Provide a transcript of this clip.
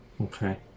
Okay